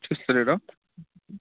చూడలేదా